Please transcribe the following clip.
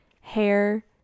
hair